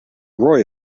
roy